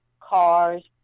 cars